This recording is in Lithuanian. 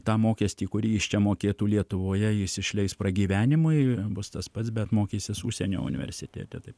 tą mokestį kurį jis čia mokėtų lietuvoje jis išleis pragyvenimui bus tas pats bet mokysis užsienio universitete taip